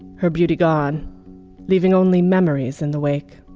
her beauty gone leaving only memories in the wake